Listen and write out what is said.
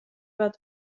wat